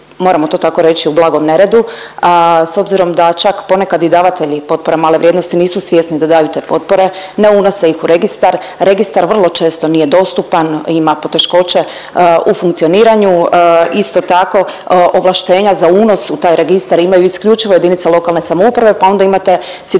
moramo to tako reći u blagom neredu s obzirom da čak ponekad i davatelji potpora male vrijednosti nisu svjesni da daju te potpore, ne unose ih u registar, registar vrlo često nije dostupan ima poteškoće u funkcioniranju. Isto tako, ovlaštenja za unos u taj registar imaju isključivo jedinice lokalne samouprave pa onda imate situaciju